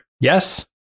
Yes